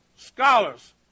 Scholars